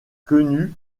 quenu